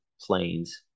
planes